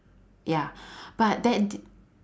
ya but that